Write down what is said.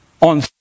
on